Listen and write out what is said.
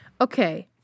Okay